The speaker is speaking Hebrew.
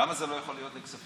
למה זה לא יכול להיות לכספים?